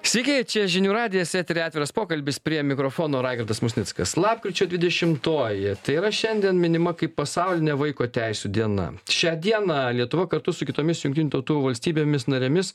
sveiki čia žinių radijas eteryje atviras pokalbis prie mikrofono raigardas musnickas lapkričio dvidešimtoji tai yra šiandien minima kaip pasaulinė vaiko teisių diena šią dieną lietuva kartu su kitomis jungtinių tautų valstybėmis narėmis